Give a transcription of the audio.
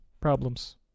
problems